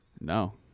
No